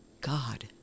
God